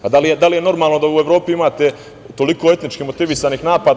Da li je normalno da u Evropi imate toliko etnički motivisanih napada?